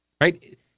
right